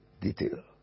detail